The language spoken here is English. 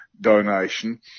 donation